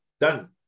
done